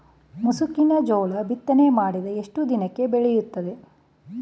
ಮುಸುಕಿನ ಜೋಳ ಬಿತ್ತನೆ ಮಾಡಿದ ಎಷ್ಟು ದಿನಕ್ಕೆ ಬೆಳೆಯುತ್ತದೆ?